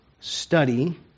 Study